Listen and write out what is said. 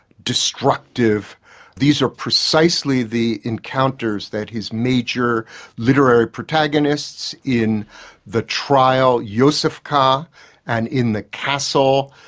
destructive these are precisely the encounters that his major literary protagonists in the trial, josef k and in the castle,